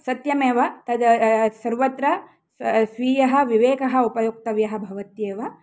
सत्यमेव तद् सर्वत्र स्व् स्वीयः विवेकः उपयोक्तव्यः भवत्येव